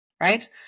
right